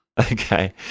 okay